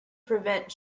prevent